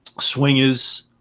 Swingers